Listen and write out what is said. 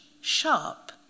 sharp